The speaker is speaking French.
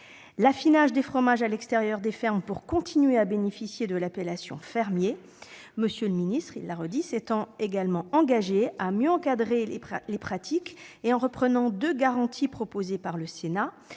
l'affinage des fromages à l'extérieur des fermes pour continuer à bénéficier de l'appellation « fermier ». À cet égard, M. le ministre s'est engagé à mieux encadrer les pratiques, en reprenant deux garanties proposées par le Sénat